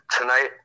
Tonight